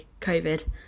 COVID